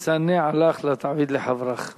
אמר: מה דסני עלך לא תעביד לחברך.